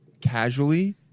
casually